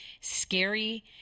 scary